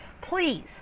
Please